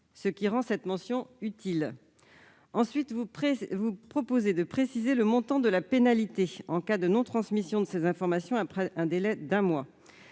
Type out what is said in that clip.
ce qui rend cette mention utile. Ensuite, vous proposez de préciser le montant de la pénalité en cas de non-transmission de ces informations après un délai d'un mois.